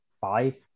Five